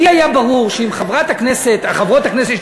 לי היה ברור שאם חברות הכנסת שהציעו,